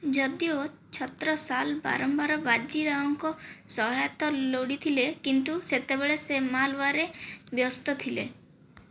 ଯଦିଓ ଛତ୍ରସାଲ୍ ବାରମ୍ବାର ବାଜି ରାଓଙ୍କ ସହାୟତା ଲୋଡ଼ିଥିଲେ କିନ୍ତୁ ସେତେବେଳେ ସେ ମାଲୱାରେ ବ୍ୟସ୍ତ ଥିଲେ